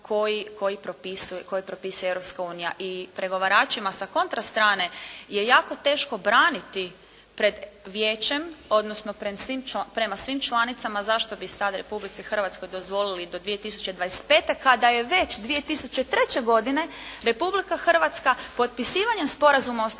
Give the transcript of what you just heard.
Europska unija. I pregovaračima sa kontra strane je jako teško braniti pred Vijećem, odnosno prema svim članica, zašto bi sada Republici Hrvatskoj dozvoliti do 2025. kada je već 2003. godine Republika Hrvatska potpisivanjem Sporazuma